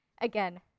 again